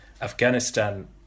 afghanistan